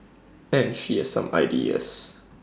and she has some ideas